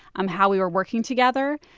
um how we were working together,